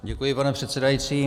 Děkuji, pane předsedající.